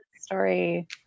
story